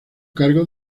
cargo